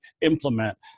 implement